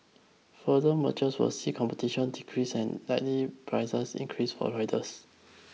further mergers will see competition decrease and likely prices increases for riders